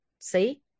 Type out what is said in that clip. see